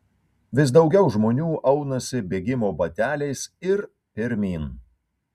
vis daugiau žmonių aunasi bėgimo bateliais ir pirmyn